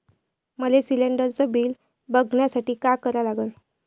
मले शिलिंडरचं बिल बघसाठी का करा लागन?